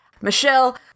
Michelle